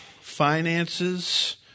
finances